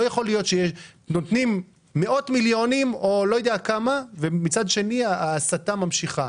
לא יכול להיות שנותנים מאות מיליונים ומצד שני ההסתה ממשיכה